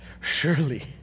Surely